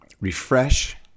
refresh